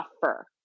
suffer